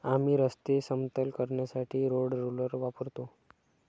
आम्ही रस्ते समतल करण्यासाठी रोड रोलर वापरतो